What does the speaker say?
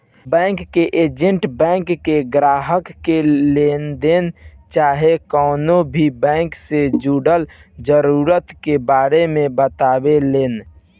bank के agent bank के ग्राहक के लेनदेन चाहे कवनो भी बैंक से जुड़ल जरूरत के बारे मे बतावेलन